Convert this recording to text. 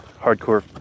hardcore